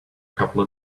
couple